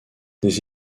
des